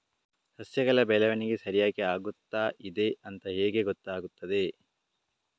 ಸಸ್ಯಗಳ ಬೆಳವಣಿಗೆ ಸರಿಯಾಗಿ ಆಗುತ್ತಾ ಇದೆ ಅಂತ ಹೇಗೆ ಗೊತ್ತಾಗುತ್ತದೆ?